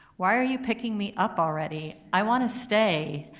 why are you picking me up already? i wanna stay,